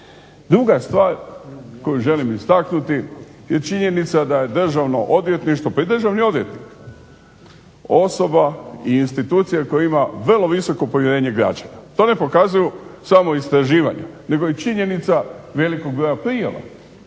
Druga stvar koju želim istaknuti je činjenica da je Državno odvjetništvo pa i državni odvjetnik osoba i institucija koja ima vrlo visoko povjerenje građana. To ne pokazuju samo istraživanja nego i činjenica velikog broja prijava.